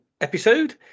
episode